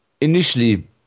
initially